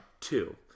Two